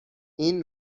این